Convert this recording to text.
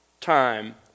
time